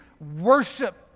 Worship